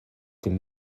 dem